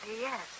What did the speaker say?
yes